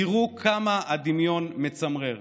תראו כמה הדמיון מצמרר.